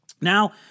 Now